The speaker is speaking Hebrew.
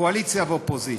קואליציה ואופוזיציה,